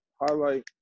highlight